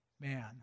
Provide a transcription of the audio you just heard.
man